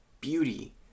beauty